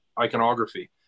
iconography